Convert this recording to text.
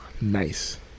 nice